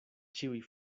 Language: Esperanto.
ĉiuj